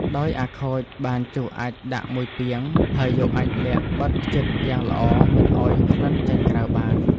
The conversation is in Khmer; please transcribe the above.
ដោយអាខូចបានជុះអាចម៏ដាក់១ពាង ហើយយកអាចម៏ល័ក្ខបិទភ្ចិតយ៉ាងល្អមិនឱ្យក្លិនចេញក្រៅបាន។